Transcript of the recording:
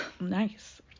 Nice